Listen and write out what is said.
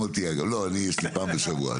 לא אני יש לי פעם בשבוע,